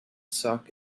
sock